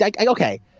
Okay